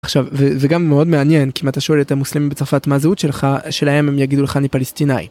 עכשיו זה גם מאוד מעניין כי אם אתה שואל את המוסלמים בצרפת ״מה זהות שלך?״, שאלה אם הם יגידו לך אני פלסטינאי.